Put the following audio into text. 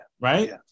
Right